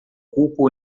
culpo